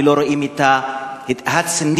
ולא רואים כנראה את הצניחה,